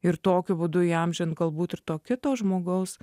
ir tokiu būdu įamžint galbūt ir to kito žmogaus